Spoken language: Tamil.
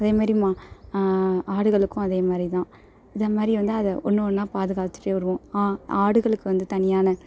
அதேமாதிரி ம ஆடுகளுக்கும் அதேமாதிரி தான் இதமாதிரி வந்து அதை ஒன்று ஒன்றா பாதுகாத்துகிட்டே வருவோம் ஆடுகளுக்கு வந்து தனியான